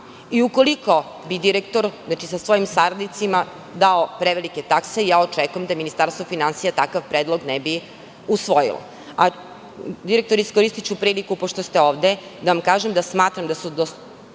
Ukoliko bi direktor sa svojim saradnicima dao prevelike takse, očekujem da Ministarstvo finansija takav predlog ne bi usvojilo. Direktore, iskoristiću priliku, pošto ste ovde, da vam kažem da smatram da su do danas